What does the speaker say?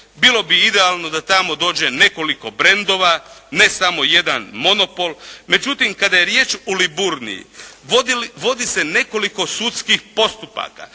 bilo bi idealno da tamo dođe nekoliko brendova, ne samo jedan monopol. Međutim, kada je riječ o Liburniji, vodi se nekoliko sudskih postupaka